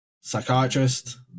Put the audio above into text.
psychiatrist